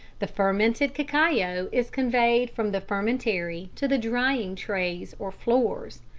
the fermented cacao is conveyed from the fermentary to the drying trays or floors.